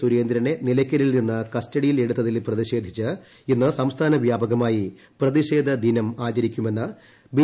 സുരേന്ദ്രനെ നിലയ്ക്കലിൽ നിന്ന് കസ്റ്റഡി യിൽ എടുത്തുതിൽ പ്രതിഷധിച്ച് ഇന്ന് സംസ്ഥാന വ്യാപകമായി പ്രതിഷേധ ദിനം ആചരിക്കുമെന്ന് ബി